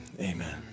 Amen